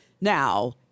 Now